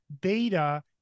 data